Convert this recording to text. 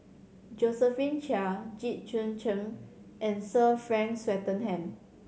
Josephine Chia Jit Koon Ch'ng and Sir Frank Swettenham